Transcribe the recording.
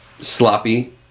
sloppy